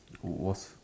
was